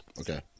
okay